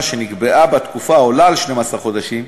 שנקבעה בה תקופה העולה על 12 חודשים,